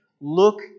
Look